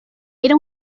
era